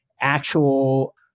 actual